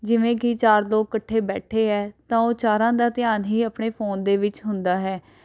ਜਿਵੇਂ ਕਿ ਚਾਰ ਲੋਕ ਇਕੱਠੇ ਬੈਠੇ ਹੈ ਤਾਂ ਉਹ ਚਾਰਾਂ ਦਾ ਧਿਆਨ ਹੀ ਆਪਣੇ ਫੋਨ ਦੇ ਵਿੱਚ ਹੁੰਦਾ ਹੈ